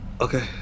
Okay